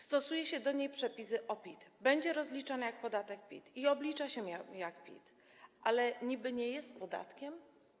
Stosuje się do niej przepisy o PIT, będzie rozliczana jak podatek PIT i oblicza się ją jak PIT, ale niby nie jest podatkiem?